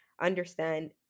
understand